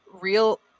real